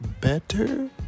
better